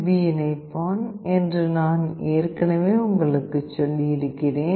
B இணைப்பான் என்று நான் ஏற்கனவே உங்களுக்குச் சொல்லியிருக்கிறேன்